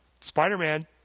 Spider-Man